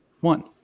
One